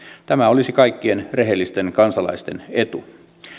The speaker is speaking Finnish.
tämä olisi kaikkien rehellisten kansalaisten etu